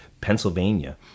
Pennsylvania